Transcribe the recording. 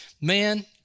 Man